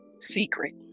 Secret